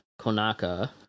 Konaka